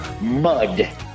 Mud